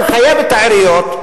לחייב את העיריות,